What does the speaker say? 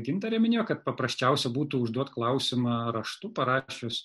gintarė minėjo kad paprasčiausia būtų užduot klausimą raštu parašius